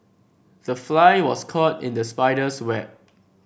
the fly was caught in the spider's web